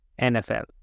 NFL